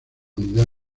unidad